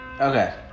Okay